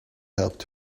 helped